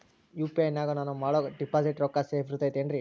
UPI ನಾಗ ನಾನು ಮಾಡೋ ಡಿಪಾಸಿಟ್ ರೊಕ್ಕ ಸೇಫ್ ಇರುತೈತೇನ್ರಿ?